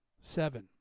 Seven